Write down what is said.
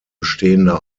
bestehender